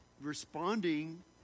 responding